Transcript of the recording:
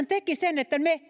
teki sen että me